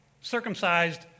circumcised